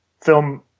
film